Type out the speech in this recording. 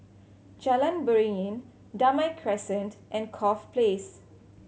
Jalan Beringin Damai Crescent and Corfe Place